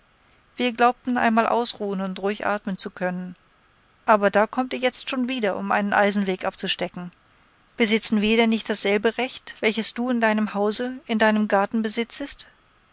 wir glaubten einmal ausruhen und ruhig atmen zu können aber da kommt ihr jetzt schon wieder um einen eisenweg abzustecken besitzen wir denn nicht dasselbe recht welches du in deinem hause in deinem garten besitzest